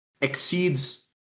exceeds